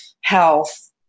health